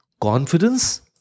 confidence